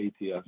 ATS